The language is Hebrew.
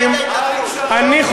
ברית יוסף טרומפלדור,